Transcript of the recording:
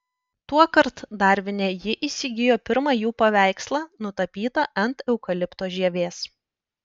tuokart darvine ji įsigijo pirmą jų paveikslą nutapytą ant eukalipto žievės